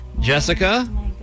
Jessica